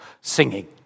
singing